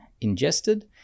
ingested